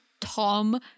Tom